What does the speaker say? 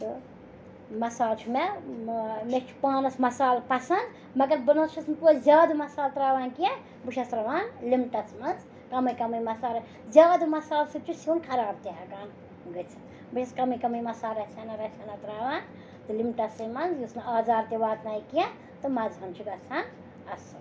تہٕ مسال چھُ مےٚ مےٚ چھُ پانَس مَسالہٕ پَسنٛد مگر بہٕ نہٕ حظ چھَس نہٕ توتہِ زیادٕ مَسالہٕ ترٛاوان کیٚنٛہہ بہٕ چھَس ترٛاوان لِمٹَس منٛز کَمٕے کَمٕے مَسالہٕ زیادٕ مَسالہٕ سۭتۍ چھُ سیُن خراب تہِ ہٮ۪کان گٔژھِتھ بہٕ چھَس کَمٕے کَمٕے مسالہٕ رَژھِ ہٮ۪نا وٮ۪ژھ ہٮ۪نا ترٛاوان تہٕ لِمٹَسٕے منٛز یُس نہٕ آزار تہِ واتنایہِ کیٚنٛہہ تہٕ مَزہٕن چھُ گَژھان اَصٕل